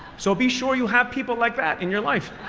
so be sure you have people like that in your life.